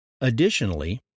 Additionally